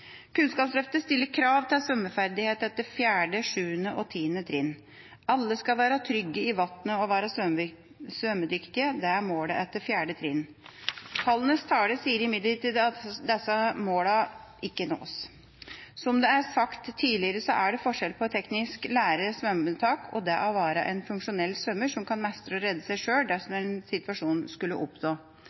Kunnskapsløftet stiller krav til svømmeferdighet etter 4., 7. og 10. trinn. Alle skal være trygge i vannet og være svømmedyktige, er målet etter 4. trinn. Tallenes tale viser imidlertid at disse målene ikke nås. Som det er sagt tidligere, er det forskjell på det å teknisk lære svømmetak og det å være en funksjonell svømmer som kan mestre å redde seg sjøl dersom en situasjon skulle oppstå.